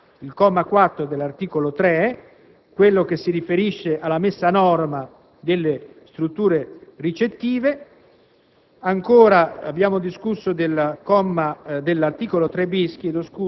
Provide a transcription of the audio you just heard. Senza particolari discussioni abbiamo esaminato il comma 4 dell'articolo 3, che si riferisce alla messa a norma delle strutture ricettive.